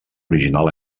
original